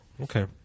Okay